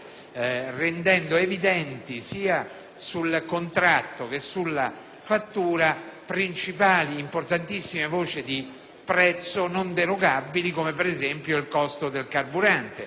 rendendo evidenti sia sul contratto, sia sulla fattura importantissime voci di prezzo non derogabili come, ad esempio, il costo del carburante;